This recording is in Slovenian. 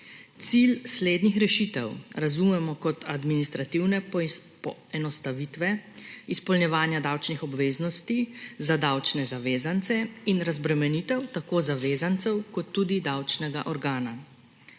Cilj slednjih rešitev razumemo kot administrativne poenostavitve izpolnjevanja davčnih obveznosti za davčne zavezance in razbremenitev tako zavezancev kot tudi davčnega organa.